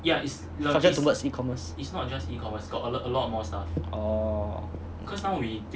subject towards e-commerce orh okay